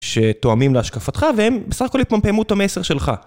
שתואמים להשקפתך והם בסך הכל יפמפמו את המסר שלך